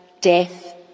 death